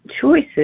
choices